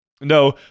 No